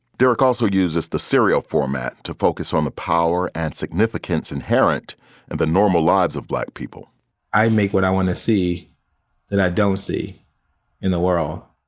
derek also uses the serial format to focus on the power and significance inherent in and the normal lives of black people i make what i want to see that i don't see in the world.